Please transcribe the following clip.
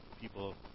People